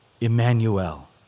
Emmanuel